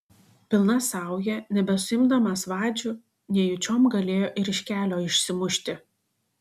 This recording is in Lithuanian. pilna sauja nebesuimdamas vadžių nejučiom galėjo ir iš kelio išsimušti